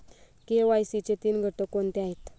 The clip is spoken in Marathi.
के.वाय.सी चे तीन घटक कोणते आहेत?